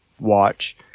watch